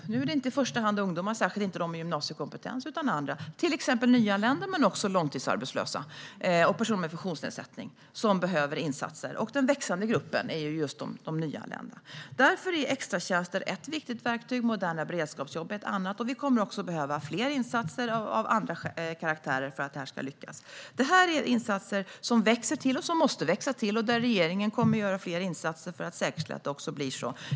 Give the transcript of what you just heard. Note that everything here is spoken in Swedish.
Nu gäller det inte i första hand ungdomar, särskilt inte dem med gymnasiekompetens, utan andra. Det är till exempel nyanlända men också långtidsarbetslösa och personer med funktionsnedsättning som behöver insatser. Den växande gruppen är just de nyanlända. Därför är extratjänster ett viktigt verktyg. Moderna beredskapsjobb är ett annat. Vi kommer också att behöva fler insatser av annan karaktär för att detta ska lyckas. Det här är insatser som växer till och som måste växa till. Regeringen kommer att göra fler insatser för att säkerställa att det också blir så.